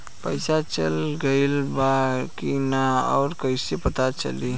पइसा चल गेलऽ बा कि न और कइसे पता चलि?